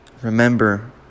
remember